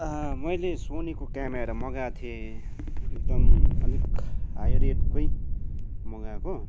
मैले सोनीको क्यामरा मगाको थिएँ एकदम आलिक हाई रेटकै मगाएको